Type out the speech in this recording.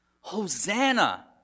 Hosanna